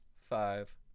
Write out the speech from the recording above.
five